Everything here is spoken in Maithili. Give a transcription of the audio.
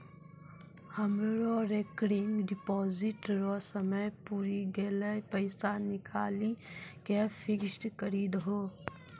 हमरो रेकरिंग डिपॉजिट रो समय पुरी गेलै पैसा निकालि के फिक्स्ड करी दहो